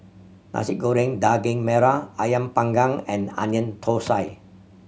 Nasi Goreng Daging Merah Ayam Panggang and Onion Thosai